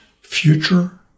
future